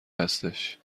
هستش